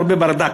מרבה ברדק.